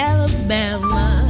Alabama